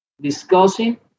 discussing